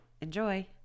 Enjoy